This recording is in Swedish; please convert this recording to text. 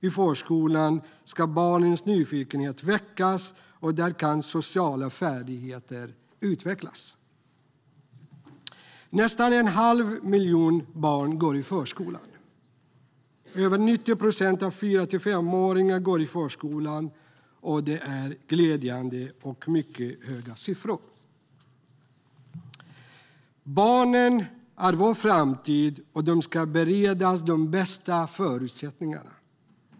I förskolan ska barnens nyfikenhet väckas, och där kan sociala färdigheter utvecklas. Nästan en halv miljon barn går i förskolan. Över 90 procent av fyra till femåringarna går i förskolan. Det är glädjande höga siffror. Barnen är vår framtid, och de ska beredas de bästa förutsättningarna.